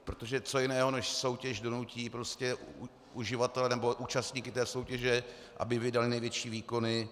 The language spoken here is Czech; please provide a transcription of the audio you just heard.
Protože co jiného než soutěž donutí uživatele nebo účastníky té soutěže, aby vydali největší výkony?